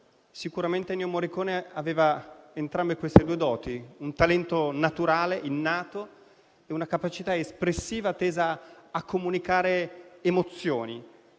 Sicuramente Ennio Morricone aveva entrambe queste doti: un talento naturale innato e una capacità espressiva tesa a comunicare emozioni.